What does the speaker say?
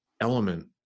element